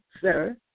sir